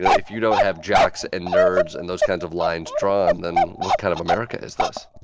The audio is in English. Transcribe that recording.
if you don't have jocks and nerds and those kinds of lines drawn, then what kind of america is this?